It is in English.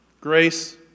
grace